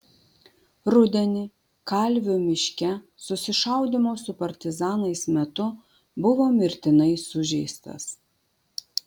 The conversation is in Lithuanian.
rudenį kalvių miške susišaudymo su partizanais metu buvo mirtinai sužeistas